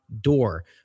door